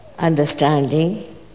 understanding